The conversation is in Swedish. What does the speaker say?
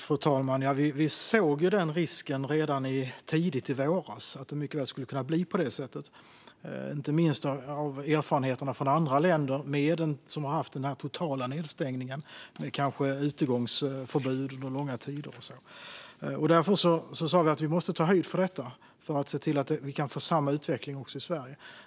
Fru talman! Vi såg den risken redan tidigt i våras. Vi såg att det mycket väl skulle kunna bli på det sättet, inte minst med tanke på erfarenheterna från andra länder som har haft den totala nedstängningen, kanske med utegångsförbud under långa tider. Därför sa vi att vi måste ta höjd för detta. Vi kunde ju få samma utveckling också i Sverige.